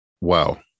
Wow